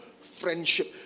friendship